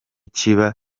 kiba